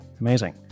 Amazing